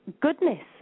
goodness